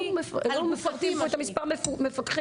לא מפרטים את מספר המפקחים.